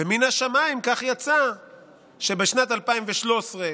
ומן השמיים כך יצא שבשנת 2013,